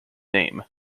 name